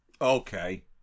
Okay